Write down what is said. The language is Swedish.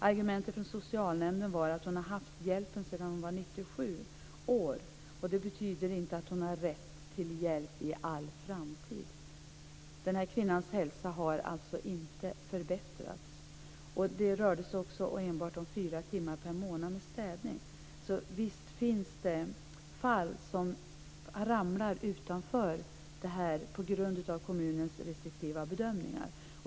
Argumentet från socialnämnden var att hon haft hjälpen sedan hon var 87 år men att det inte betyder att hon har rätt till hjälp i all framtid. Den här kvinnans hälsa har inte förbättrats. Det rörde sig enbart om hjälp med städning i fyra timmar per månad. Visst finns det fall som ramlar utanför på grund av kommunens restriktiva bedömningar.